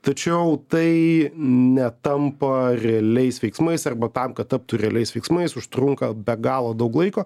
tačiau tai netampa realiais veiksmais arba tam kad taptų realiais veiksmais užtrunka be galo daug laiko